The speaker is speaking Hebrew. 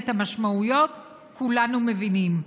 ואת המשמעויות כולנו מבינים.